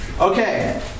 Okay